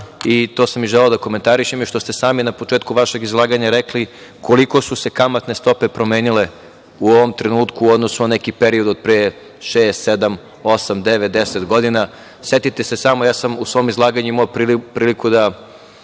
i to sam i želeo da komentarišem, je što ste sami na početku vašeg izlaganja rekli koliko su se kamatne stope promenile u ovom trenutku u odnosu na neki period od pre šest, sedam, osam, devet, deset godina. Setite se samo, ja sam u svom izlaganju imao priliku da